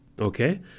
Okay